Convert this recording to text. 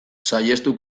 saihestu